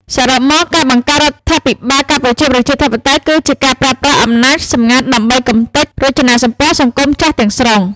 សរុបមក ការបង្កើតរដ្ឋាភិបាលកម្ពុជាប្រជាធិបតេយ្យ គឺជាការប្រើប្រាស់អំណាចសម្ងាត់ដើម្បីកម្ទេចរចនាសម្ព័ន្ធសង្គមចាស់ទាំងស្រុង។